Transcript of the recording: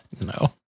No